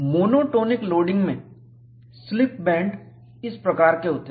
monotonic loading में slip band इस प्रकार के होते हैं